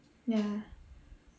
ya